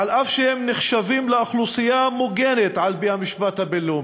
אף שהם נחשבים לאוכלוסייה מוגנת על-פי המשפט הבין-לאומי.